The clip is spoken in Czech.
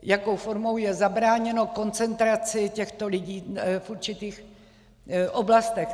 Jakou formou je zabráněno koncentraci těchto lidí v určitých oblastech.